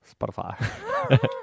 Spotify